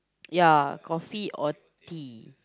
yeah coffee or tea